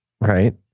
Right